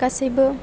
गासैबो